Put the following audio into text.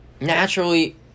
naturally